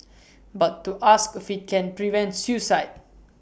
but to ask if IT can prevent suicide